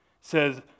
says